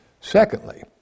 Secondly